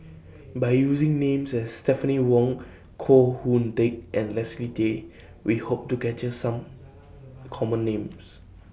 By using Names as Stephanie Wong Koh Hoon Teck and Leslie Tay We Hope to capture Some Common Names